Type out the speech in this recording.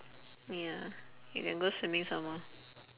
ya you can go swimming somemore